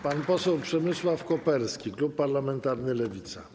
Pan poseł Przemysław Koperski, klub parlamentarny Lewica.